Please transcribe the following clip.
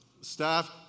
Staff